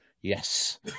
Yes